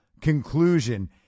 conclusion